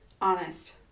Honest